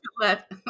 let